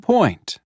Point